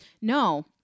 no